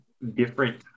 different